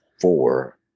four